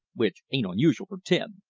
which ain't usual for tim.